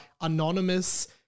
anonymous